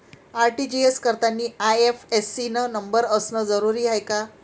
RTGS करतांनी IFSC न number असनं जरुरीच हाय का?